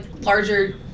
larger